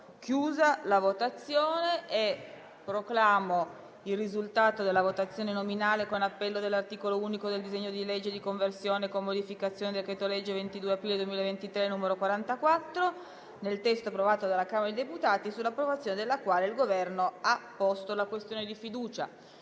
chiusa la votazione. Proclamo il risultato della votazione nominale con appello dell'articolo unico del disegno di legge n. 747, di conversione in legge, con modificazioni, del decreto-legge 22 aprile 2023, n. 44, nel testo approvato dalla Camera dei deputati, sull'approvazione del quale il Governo ha posto la questione di fiducia: